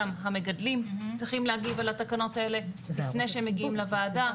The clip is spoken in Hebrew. גם המגדלים צריכים להגיב על התקנות האלה לפני שמגיעים לוועדה.